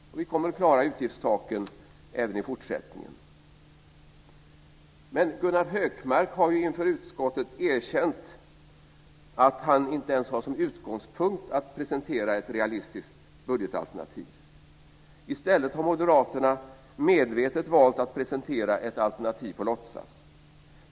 Och vi kommer att klara utgiftstaken även i fortsättningen. Gunnar Hökmark har inför utskottet erkänt att han inte ens har som utgångspunkt att presentera ett realistiskt budgetalternativ. I stället har Moderaterna medvetet valt att presentera ett alternativ på låtsas.